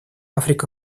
африка